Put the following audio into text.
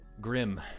Grim